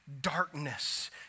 darkness